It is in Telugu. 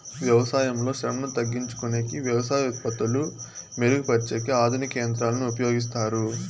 వ్యవసాయంలో శ్రమను తగ్గించుకొనేకి వ్యవసాయ ఉత్పత్తులు మెరుగు పరిచేకి ఆధునిక యంత్రాలను ఉపయోగిస్తారు